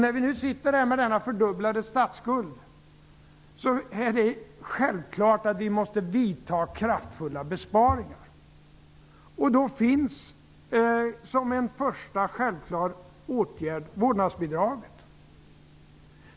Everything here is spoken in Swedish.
När vi nu har fått denna fördubblade statsskuld är det självklart att kraftfulla besparingar måste vidtas. Då finns som en första självklar åtgärd indragningen av vårdnadsbidraget.